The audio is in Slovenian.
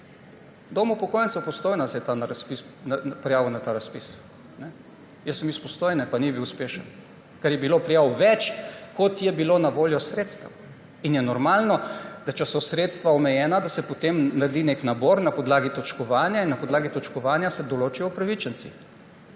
Dom upokojencev Postojna se je prijavil na ta razpis. Jaz sem iz Postojne, pa ni bil uspešen, ker je bilo prijav več, kot je bilo na voljo sredstev. In je normalno, da če so sredstva omejena, da se potem naredi nek nabor na podlagi točkovanja. Na podlagi točkovanja se določijo upravičenci.